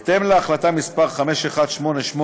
בהתאם להחלטה מס' 5188,